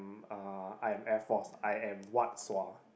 uh I am Air-Force I am what sua